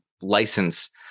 license